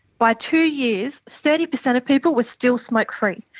by two years thirty percent of people were still smoke-free.